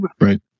Right